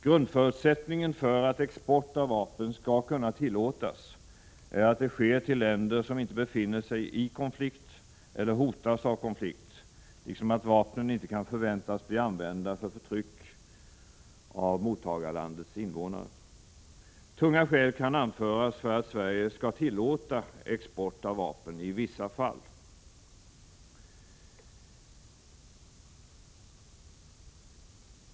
Grundförutsättningen för att export av vapen skall kunna tillåtas är att det sker till länder som inte befinner sig i konflikt eller hotas av konflikt, liksom att vapnen inte kan förväntas bli använda för förtryck av mottagarlandets invånare. Tunga skäl kan anföras för att Sverige skall tillåta export av vapen i vissa fall.